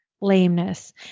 lameness